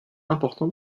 important